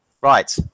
right